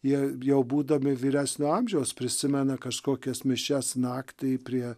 jie jau būdami vyresnio amžiaus prisimena kažkokias mišias naktį prie